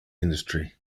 industry